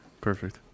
perfect